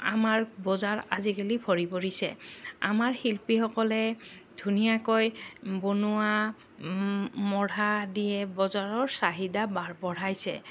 আমাৰ বজাৰ আজিকালি ভৰি পৰিছে আমাৰ শিল্পীসকলে ধুনীয়াকৈ বনোৱা মূঢ়া দিয়ে বজাৰৰ চাহিদা বঢ়াইছে